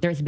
there's